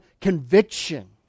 conviction